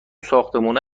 ساختمونه